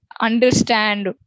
understand